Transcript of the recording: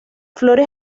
flores